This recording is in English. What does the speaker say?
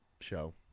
show